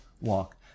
walk